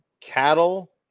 cattle